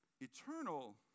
eternal